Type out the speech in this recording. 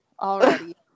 already